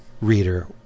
reader